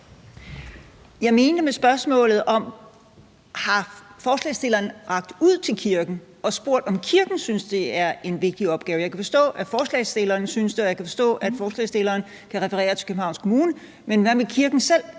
jeg mente med spørgsmålet var, om forslagsstilleren har rakt ud til kirken og spurgt, om kirken synes, det er en vigtig opgave. Jeg kan forstå, at forslagsstilleren synes det, og jeg kan forstå, at forslagsstilleren kan referere til Københavns Kommune, men hvad med kirken selv,